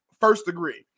first-degree